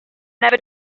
never